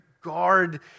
guard